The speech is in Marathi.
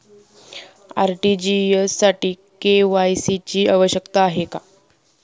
आर.टी.जी.एस साठी के.वाय.सी ची आवश्यकता आहे का?